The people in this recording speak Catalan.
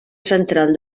central